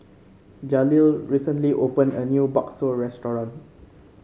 Jaleel recently opened a new bakso restaurant